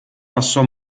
passò